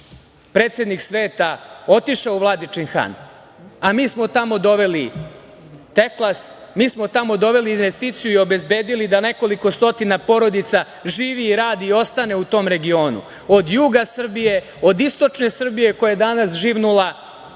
predsednik sveta, otišao u Vladičin Han, a mi smo tamo doveli „Teklas“.Mi smo tamo doveli investiciju i obezbedili da nekoliko stotina porodica živi i radi i ostane u tom regionu, od juga Srbije, od istočne Srbije, koja je danas živnula,